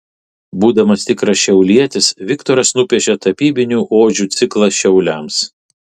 būdamas tikras šiaulietis viktoras nupiešė tapybinių odžių ciklą šiauliams